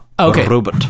Okay